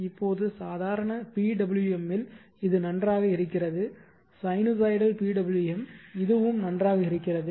இப்போது சாதாரண PWM இல் இது நன்றாக இருக்கிறது சைனூசாய்டல் PWM இதுவும் நன்றாக இருக்கிறது